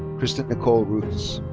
kristen nicole rukes.